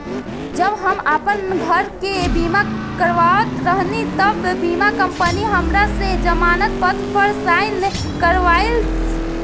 जब हम आपन घर के बीमा करावत रही तब बीमा कंपनी हमरा से जमानत पत्र पर साइन करइलस